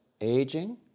aging